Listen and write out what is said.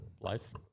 life